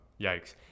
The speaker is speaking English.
Yikes